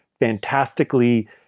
fantastically